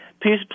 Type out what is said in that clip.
Please